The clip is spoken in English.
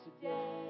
today